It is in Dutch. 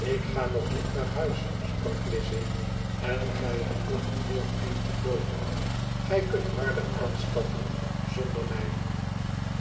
tik ga nog niet naar huis sprak lize t en gij hebt nog een heel eind te loopen gij kunt harder aanstappen zonder mij